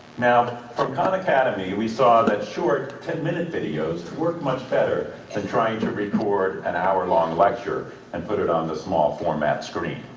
now, for khan academy, we saw that short, ten minute videos work much better than trying to record an hour long lecture and put it on the small format screen.